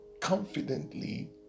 confidently